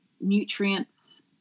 nutrients